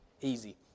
easy